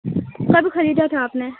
کب خریدا تھا آپ نے